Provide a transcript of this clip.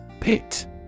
Pit